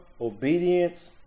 obedience